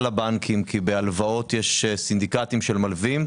לבנקים כי בהלוואות יש סינדיקטים של מלווים.